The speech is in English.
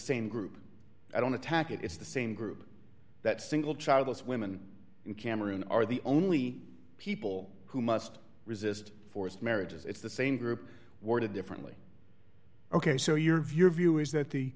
same group i don't attack it it's the same group that single childless women in cameroon are the only people who must resist forced marriages it's the same group worded differently ok so your view of view is that the